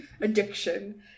addiction